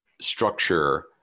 structure